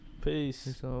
Peace